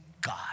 God